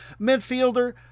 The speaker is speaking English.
midfielder